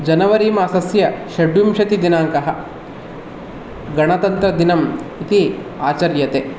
जान्वरि मासस्य षड्विंशतिदिनाङ्कः गणतन्त्रदिनम् इति आचर्यते